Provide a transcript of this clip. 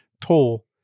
toll